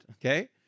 okay